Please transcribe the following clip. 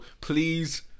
please